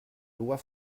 loi